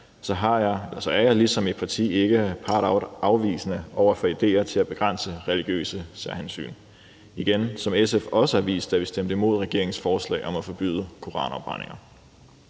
her, så ligesom mit parti ikke partout er afvisende over for idéer til at begrænse religiøse særhensyn, ligesom SF, vil jeg igen sige, også har vist det, da vi stemte imod regeringens forslag om at forbyde koranafbrændinger.